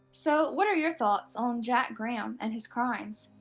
so what are your thoughts on jack graham and his crimes?